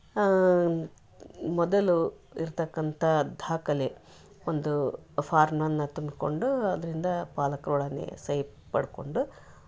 ಆ ಮೊದಲು ಇರ್ತಕ್ಕಂಥ ದಾಖಲೆ ಒಂದು ಫಾರ್ಮ್ ಅನ್ನ ತುಂಬ್ಕೊಂಡು ಅದರಿಂದ ಪಾಲಕರೊಡನೆ ಸಹಿ ಪಡ್ಕೊಂಡು